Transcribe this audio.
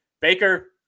Baker